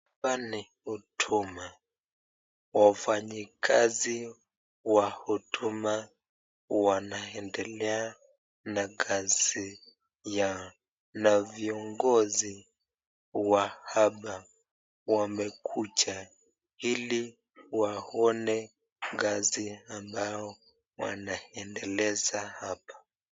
Hapa ni huduma. Wafanyikazi wa huduma wanaendelea na kazi yao na viongozi wa hapa wamekuja ili waona kazi ambao wanaendeleza hapa.